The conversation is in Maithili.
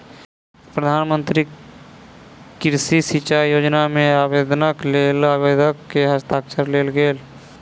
प्रधान मंत्री कृषि सिचाई योजना मे आवेदनक लेल आवेदक के हस्ताक्षर लेल गेल